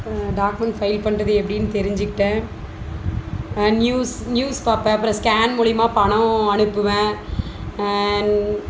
document file பண்ணுறது எப்படின்னு தெரிஞ்சுக்கிட்டேன் நியூஸ் நியூஸ் பார்ப்பேன் அப்புறம் ஸ்கேன் மூலிமா பணம் அனுப்புவேன்